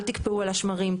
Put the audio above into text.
אל תקפאו על השמרים,